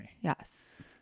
Yes